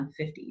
150